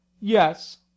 Yes